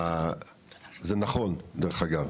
זה נכון, דרך אגב,